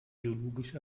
geologisch